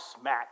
smack